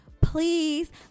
please